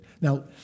Now